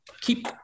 keep